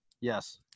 Yes